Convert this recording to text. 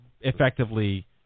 effectively